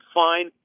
fine